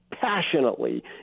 passionately